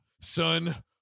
Son